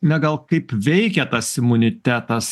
na gal kaip veikia tas imunitetas